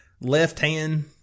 left-hand